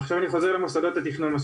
עכשיו אני חוזר למוסדות לתכנון ובניה.